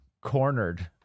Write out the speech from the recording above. cornered